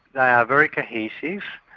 they are very cohesive,